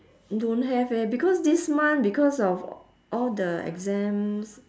don't have eh because this month because of all the exams